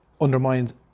undermines